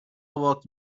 walked